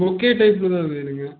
bouquet டைப்பில்தான் வேணுங்க